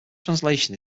translation